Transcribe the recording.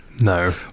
No